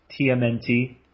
TMNT